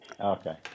Okay